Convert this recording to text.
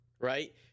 right